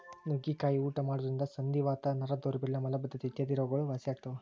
ನುಗ್ಗಿಕಾಯಿ ಊಟ ಮಾಡೋದ್ರಿಂದ ಸಂಧಿವಾತ, ನರ ದೌರ್ಬಲ್ಯ ಮಲಬದ್ದತೆ ಇತ್ಯಾದಿ ರೋಗಗಳು ವಾಸಿಯಾಗ್ತಾವ